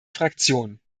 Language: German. fraktion